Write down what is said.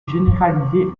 généraliser